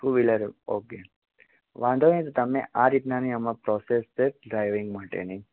two wheeler okay વાંધો નહીં તો તમે આ રીતની એમાં પ્રોસેસ છે ડ્રાઇવિંગ માટેની